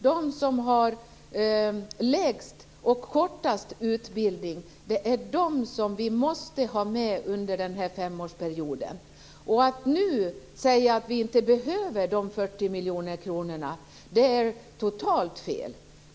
Det är de som har lägst och kortast utbildning som vi måste få med under den kommande femårsperioden. Att nu säga att vi inte behöver de 40 miljoner kronorna är totalt fel.